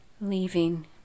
leaving